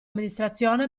amministrazione